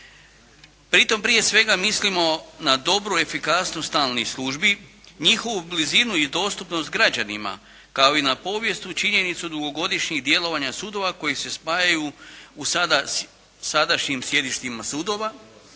prije svega mislimo na dobru efikasnost stalnih službi, njihovu blizinu i dostupnost građanima kao i na povijesnu činjenicu dugogodišnjih djelovanja sudova koji se spajaju u sadašnjim sjedištima sudova,